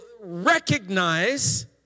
recognize